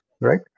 Right